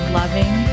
loving